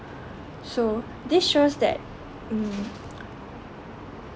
so this shows that mm